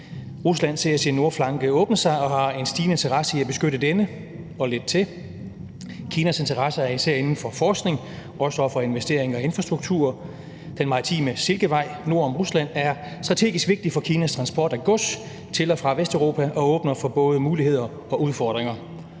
Rusland ser sin nordflanke åbne sig og har en stigende interesse i at beskytte denne – og lidt til. Kinas interesser er især inden for forskning og også inden for investeringer i infrastruktur. Den maritime Silkevej nord om Rusland er strategisk vigtig for Kinas transport af gods til og fra Vesteuropa og åbner for både muligheder og udfordringer.